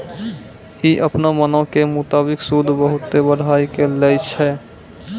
इ अपनो मनो के मुताबिक सूद बहुते बढ़ाय के लै छै